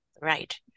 Right